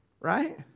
Right